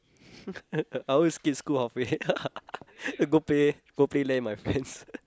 I always skip school halfway then go play go play LAN with my friends